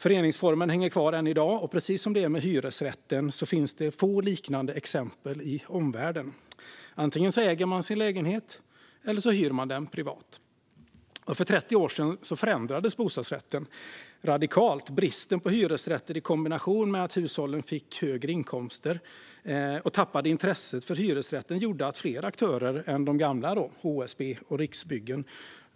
Föreningsformen hänger kvar än i dag, och precis som med hyresrätten finns det få liknande exempel i omvärlden. Där antingen äger man sin lägenhet eller hyr den privat. För 30 år sedan förändrades bostadsrätten radikalt. Bristen på hyresrätter i kombination med att hushållen fick högre inkomster och tappade intresset för hyresrätten gjorde att fler aktörer än de gamla, HSB och Riksbyggen,